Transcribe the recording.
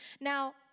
Now